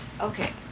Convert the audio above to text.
Okay